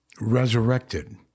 resurrected